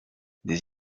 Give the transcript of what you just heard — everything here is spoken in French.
des